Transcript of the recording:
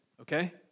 okay